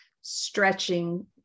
stretching